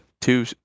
two